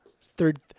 Third